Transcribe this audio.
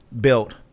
built